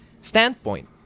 standpoint